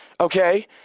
okay